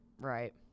Right